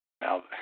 Now